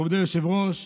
מכובדי היושב-ראש,